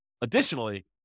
additionally